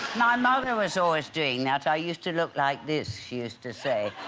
my mother was always doing that i used to look like this she used to say